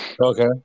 Okay